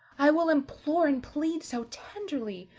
i will implore and plead so tenderly,